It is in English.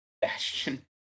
Bastion